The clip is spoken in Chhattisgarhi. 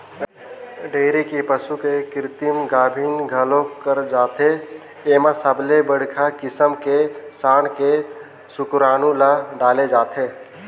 डेयरी के पसू के कृतिम गाभिन घलोक करे जाथे, एमा सबले बड़िहा किसम के सांड के सुकरानू ल डाले जाथे